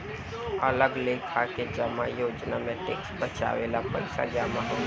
अलग लेखा के जमा योजना में टैक्स बचावे ला पईसा जमा होला